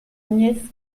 nièce